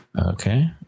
Okay